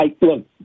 Look